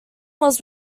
was